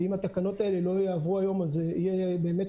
ואם התקנות האלה לא יעברו היום אז זאת תהיה באמת